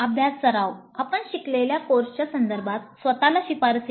अभ्यास आपण शिकवलेल्या कोर्सच्या संदर्भात स्वत ला शिफारसी द्या